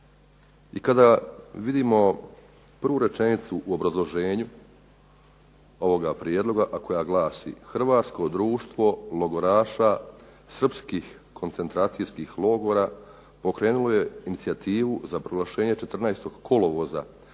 i kada vidimo prvu rečenicu u obrazloženju ovoga prijedloga, a koja glasi "Hrvatsko društvo logoraša srpskih koncentracijskih logora pokrenulo je inicijativu za proglašenje 14. kolovoza danom